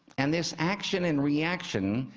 and this action and reaction.